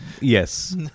yes